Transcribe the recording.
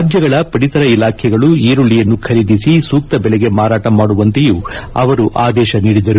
ರಾಜ್ಯಗಳ ಪಡಿತರ ಇಲಾಖೆಗಳು ಈರುಳ್ಳಿಯನ್ನು ಖರೀದಿಸಿ ಸೂಕ್ತ ಬೆಲೆಗೆ ಮಾರಾಟ ಮಾಡುವಂತೆಯೂ ಅವರು ಆದೇಶ ನೀಡಿದರು